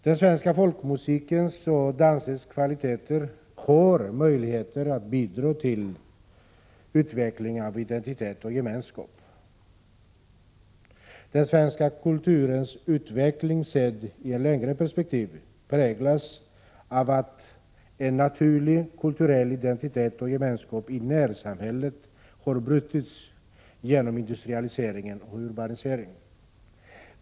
Den svenska folkmusikens och dansens kvaliteter har möjligheter att bidra till utveckling av identitet och gemenskap. Den svenska kulturens utveckling, sedd i ett längre perspektiv, präglas av att en naturlig kulturell identitet och gemenskap i närsamhället har brutit igenom industrialisering och urbanisering.